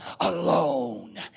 alone